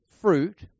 fruit